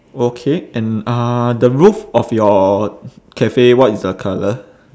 okay and uh the roof of your cafe what is the colour